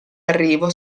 arrivo